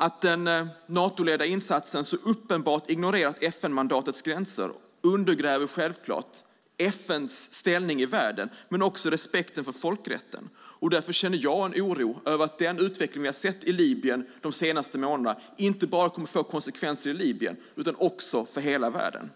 Att den Natoledda insatsen så uppenbart har ignorerat FN-mandatets gränser undergräver självfallet FN:s ställning i världen men också respekten för folkrätten. Därför känner jag en oro över att den utveckling vi har sett i Libyen de senaste månaderna kommer att få konsekvenser inte bara i Libyen utan i hela världen.